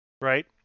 right